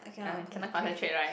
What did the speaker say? uh cannot concentrate right